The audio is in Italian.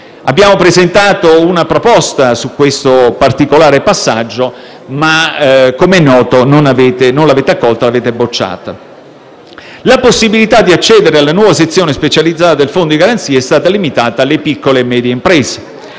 Abbiamo presentato una proposta su questo particolare passaggio ma, com'è noto, non l'avete accolta e l'avete bocciata. La possibilità di accedere alla nuova sezione specializzata del fondo di garanzia è stata limitata alle piccole e medie imprese.